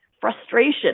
frustration